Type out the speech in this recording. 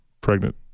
pregnant